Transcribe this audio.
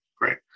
Great